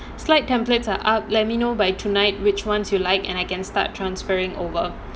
slide templates are up let me know by tonight which ones you like and I can start transferring over